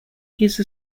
use